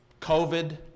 COVID